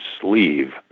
sleeve